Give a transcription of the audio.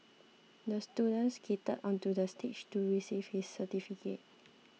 the student skated onto the stage to receive his certificate